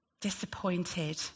disappointed